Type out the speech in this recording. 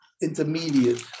intermediate